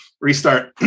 restart